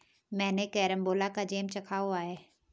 मैंने कैरमबोला का जैम चखा हुआ है